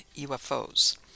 UFOs